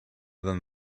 than